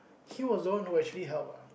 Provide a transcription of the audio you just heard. he was the one who actually help ah